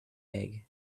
egg